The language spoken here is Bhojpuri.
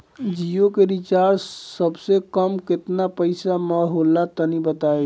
जियो के रिचार्ज सबसे कम केतना पईसा म होला तनि बताई?